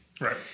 Right